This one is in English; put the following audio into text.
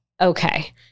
okay